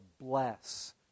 bless